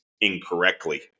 incorrectly